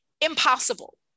impossible